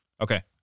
Okay